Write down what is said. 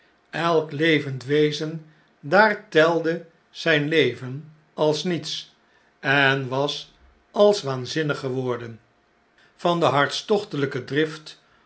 elk levend wezen daar telde zijn leven als niets en was als waanzinnig geworden van de hartstochtelgke drift